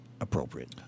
appropriate